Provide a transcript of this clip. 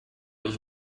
ich